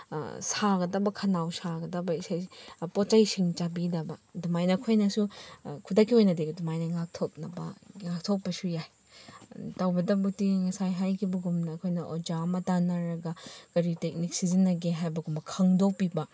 ꯁꯥꯒꯗꯕ ꯈꯧꯅꯥꯎ ꯁꯥꯒꯗꯕ ꯏꯁꯩ ꯄꯣꯠ ꯆꯩꯁꯤꯡ ꯆꯥꯕꯤꯗꯕ ꯑꯗꯨꯃꯥꯏꯅ ꯑꯩꯈꯣꯏꯅꯁꯨ ꯈꯨꯗꯛꯀꯤ ꯑꯣꯏꯅꯗꯤ ꯑꯗꯨꯃꯥꯏꯅ ꯉꯥꯛꯊꯣꯛꯄꯁꯨ ꯌꯥꯏ ꯇꯧꯕꯇꯕꯨꯗꯤ ꯉꯁꯥꯏ ꯍꯥꯏꯈꯤꯕꯒꯨꯝꯅ ꯑꯩꯈꯣꯏꯅ ꯑꯣꯖꯥ ꯑꯃ ꯇꯥꯟꯅꯔꯒ ꯀꯔꯤ ꯇꯦꯛꯅꯤꯛ ꯁꯤꯖꯤꯟꯅꯒꯦ ꯍꯥꯏꯕꯒꯨꯝꯕ ꯈꯪꯗꯣꯛꯄꯤꯕ